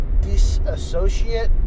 disassociate